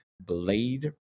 Blade